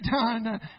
done